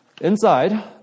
Inside